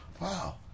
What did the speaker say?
wow